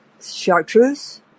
Chartreuse